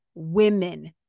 women